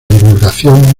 divulgación